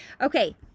Okay